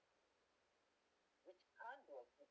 which can't to